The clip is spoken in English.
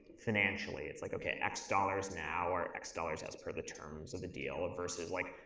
financially. it's like, okay, x dollars now or x dollars as per the terms of the deal versus like,